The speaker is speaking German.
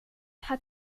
hat